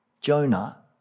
Jonah